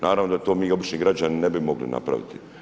Naravno da to mi obični građani ne bi mogli napraviti.